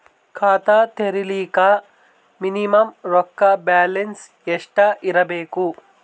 ಖಾತಾ ತೇರಿಲಿಕ ಮಿನಿಮಮ ರೊಕ್ಕ ಬ್ಯಾಲೆನ್ಸ್ ಎಷ್ಟ ಇರಬೇಕು?